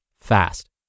fast